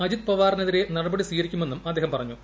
അജിത് പവാറിനെതിരെ നടപടി സ്വീകരിക്കുമെന്നും അദ്ദേഹം പറഞ്ഞു